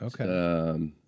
Okay